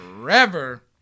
forever